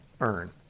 earn